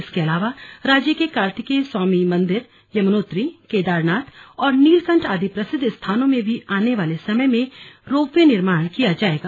इसके अलावा राज्य के कार्तिकेय स्वामी मंदिर यमुनोत्री केदारनाथ और नीलकंठ आदि प्रसिद्ध स्थानों में भी आने वाले समय में रोपवे निर्माण किया जाएगा